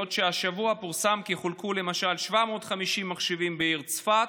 בעוד השבוע פורסם כי חולקו למשל 750 מחשבים בעיר צפת